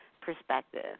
perspective